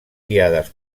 guiades